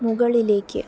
മുകളിലേക്ക്